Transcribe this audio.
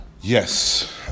Yes